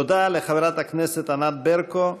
תודה לחברת הכנסת ענת ברקו,